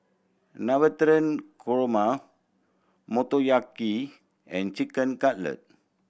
Navratan Korma Motoyaki and Chicken Cutlet